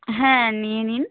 হ্যাঁ নিয়ে নিন